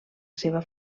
seva